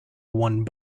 one